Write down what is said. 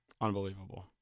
Unbelievable